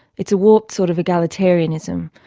it's a warped sort of egalitarianism,